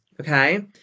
okay